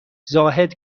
زاهد